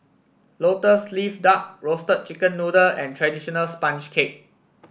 Lotus Leaf Duck Roasted Chicken Noodle and traditional sponge cake